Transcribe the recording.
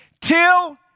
Till